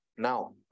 Now